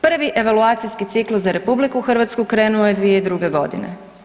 Prvi evaluacijski ciklus za RH krenuo je 2002. godine.